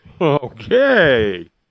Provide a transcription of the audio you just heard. okay